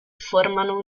formano